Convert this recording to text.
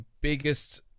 biggest